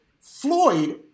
Floyd